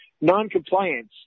noncompliance